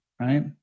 right